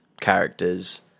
characters